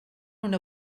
una